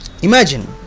Imagine